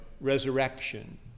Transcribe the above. resurrection